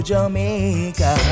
Jamaica